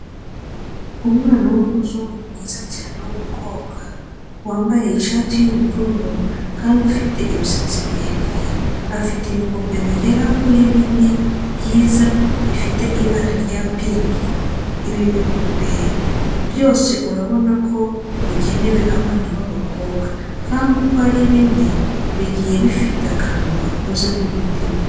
Umwana w'umuzungu mwiza cyane w'umukobwa wambaye ishati y'ubururu kandi ufite imisatsi miremire, afite ibipupe bigera kuri bine byiza cyane bifite ibara rya pinki. Ibi bipupe byose urabona ko bigenewe abana b'abakobwa kandi uko ari bine bigiye bifite akantu gakoze nk'umutima.